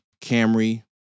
Camry